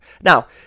Now